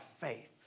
faith